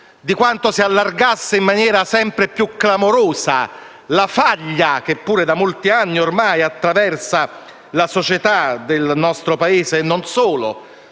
quanto si allargasse in maniera sempre più clamorosa la faglia che pure da molti anni ormai attraversa la società del nostro Paese. Non solo,